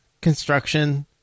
construction